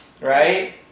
right